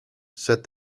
said